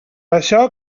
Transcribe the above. això